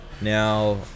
now